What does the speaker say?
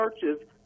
churches